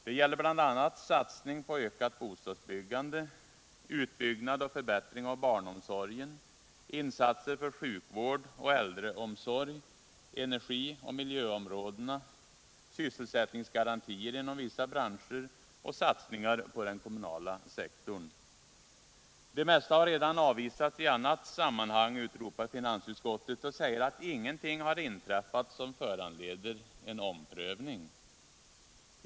Det gäller bl.a. satsning på en ökning av bostadsbyggandet, en utbyggnad och förbättring av barnomsorgen, insatser för sjukvård och äldreomsorg, energioch miljöområdena , sysselsättningsgarantier inom vissa branscher och satsningar på den kommunala sektorn. Det mesta har redan avvisats i annat sammanhang, utropar finansutskottet, och säger att ingenting har inträffat som föranleder en omprövning.